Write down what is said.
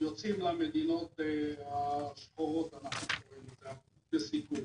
ביוצאים למדינות "השחורות" שהן בסיכון.